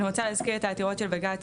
אני רוצה להזכיר את העתירות של בג"צ